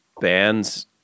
bands